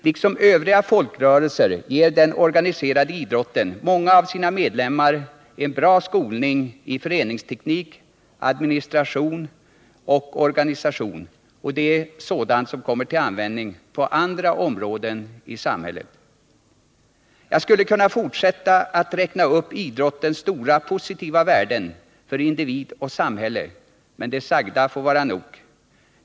Liksom övriga folkrörelser ger den organiserade idrotten många av sina medlemmar en bra skolning i föreningsteknik, administration och organisation, och det är sådant som kommer till användning på andra områden i samhället. Jag skulle kunna fortsätta att räkna upp idrottens stora positiva värden för individ och samhälle, men det sagda får vara nog.